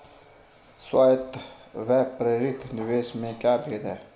स्वायत्त व प्रेरित निवेश में क्या भेद है?